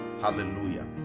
Hallelujah